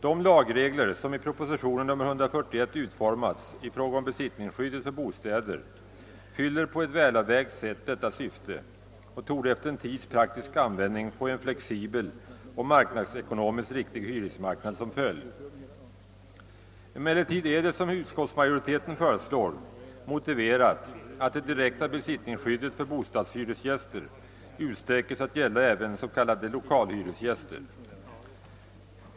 De lagregler som i proposition nr 141 utformats i fråga om besittningsskyddet för bostäder fyller på ett välavvägt sätt detta syfte och torde efter en tids praktisk användning få en flexibel och marknadsekonomiskt riktig hyresmarknad till följd. Emellertid är det, som utskottsmajoriteten föreslår, motiverat att det direkta besittningsskyddet för bostadshyresgäster utsträckes att gälla även s.k. lokalhyresgäster.